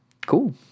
Cool